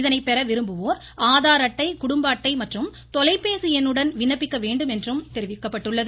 இதனை பெற விரும்புவோர் ஆதார் அட்டை குடும்ப அட்டை மற்றும் தொலைபேசி எண்ணுடன் விண்ணப்பிக்க வேண்டும் என்றும் அறிவிக்கப்பட்டுள்ளது